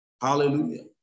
Hallelujah